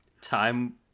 Time